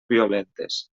violentes